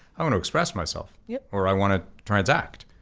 i wanna express myself. yeah or i wanna transact,